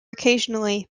occasionally